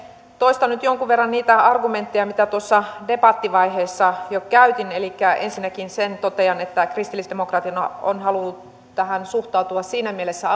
toistan nyt jonkun verran niitä argumentteja mitä tuossa debattivaiheessa jo käytin elikkä ensinnäkin sen totean että kristillisdemokraatit on halunnut tähän suhtautua siinä mielessä